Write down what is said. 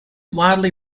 widely